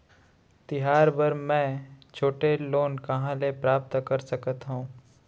तिहार बर मै छोटे लोन कहाँ ले प्राप्त कर सकत हव?